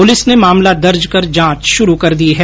police ने मामला दर्ज कर जांच शुरु कर दी है